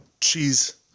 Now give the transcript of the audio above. Cheese